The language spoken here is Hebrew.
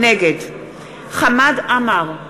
נגד חמד עמאר,